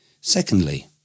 Secondly